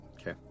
Okay